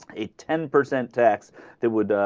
it ten percent tax they would